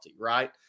right